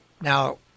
Now